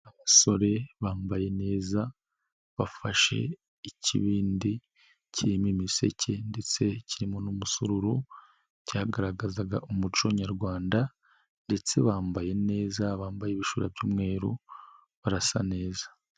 Abasore bambaye neza bafashe ikibindi kirimo imiseke ndetse kirimo n'umusururu, byagaragazaga umuco nyarwanda ndetse bambaye neza, bambaye ibishura by'umweru barasa neza.